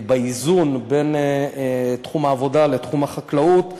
באיזון בין תחום העבודה לתחום החקלאות,